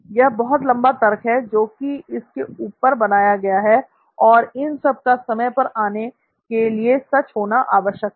यह बहुत लंबा तर्क है जो कि इसके ऊपर बनाया गया है और इन सब का समय पर आने के लिए सच होना आवश्यक है